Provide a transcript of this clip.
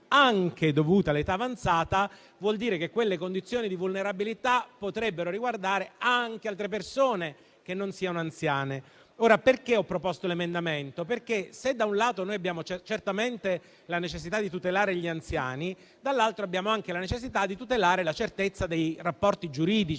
anche dovute all'età», si intende che quelle condizioni di vulnerabilità potrebbero riguardare anche altre persone che non siano anziane. Io ho proposto l'emendamento perché, se da un lato abbiamo certamente la necessità di tutelare gli anziani, dall'altro abbiamo anche la necessità di tutelare la certezza dei rapporti giuridici.